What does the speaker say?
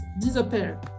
disappear